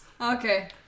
Okay